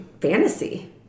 fantasy